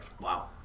Wow